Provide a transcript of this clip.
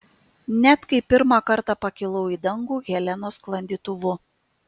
net kai pirmą kartą pakilau į dangų helenos sklandytuvu